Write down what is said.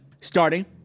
starting